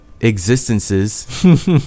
existences